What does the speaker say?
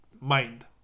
mind